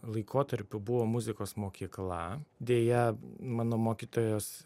laikotarpių buvo muzikos mokykla deja mano mokytojos